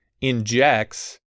injects